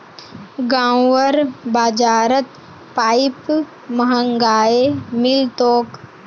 गांउर बाजारत पाईप महंगाये मिल तोक